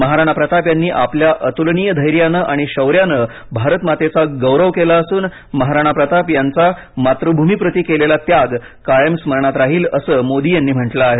महाराणा प्रताप यांनी आपल्या अतुलनीय धैर्याने आणि शौर्याने भारत मातेचा गौरव केला असून महाराणा प्रताप यांचा मातृभूमीप्रती केलेला त्याग कायम स्मरणात राहील असं मोदी यांनी म्हटलं आहे